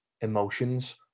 emotions